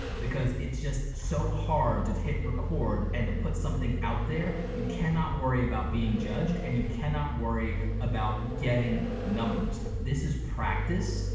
because it's just so hard to hit record, and to put something out there, you cannot worry about being judged, and you cannot worry about getting numbers. this is practice,